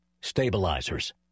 stabilizers